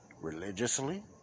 religiously